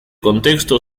contexto